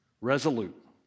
Resolute